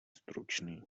stručný